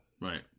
Right